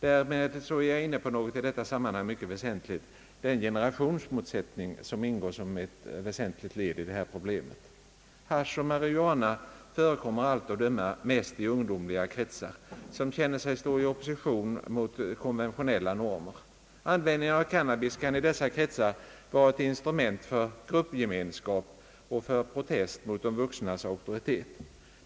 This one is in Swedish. Därmed är jag inne på något i detta sammanhang mycket väsentligt: den generationsmotsättning som ingår som ett led i problemet. Hasch och marijuana förekommer av allt att döma mest i ungdomliga kretsar som känner sig stå i opposition mot konventionella normer. Användningen av cannabis kan i dessa kretsar vara ett instrument för gruppgemenskap och för protest mot de vuxnas auktoritet.